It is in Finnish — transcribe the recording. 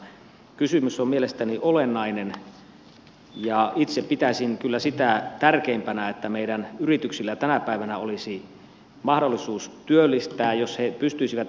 kysymys on mielestäni olennainen ja itse pitäisin kyllä sitä tärkeimpänä että meidän yrityksillä tänä päivänä olisi mahdollisuus työllistää jos he pystyisivät tekemään kauppaa